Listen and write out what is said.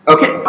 Okay